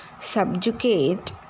subjugate